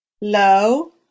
low